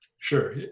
Sure